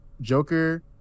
joker